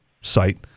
site